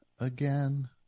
again